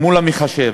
מול המחשב.